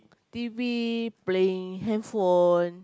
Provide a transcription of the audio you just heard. T_V playing handphone